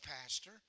Pastor